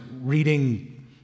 reading